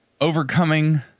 overcoming